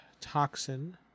toxin